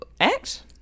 ACT